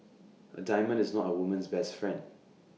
A diamond is not A woman's best friend